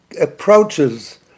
approaches